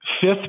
Fifth